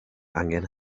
angen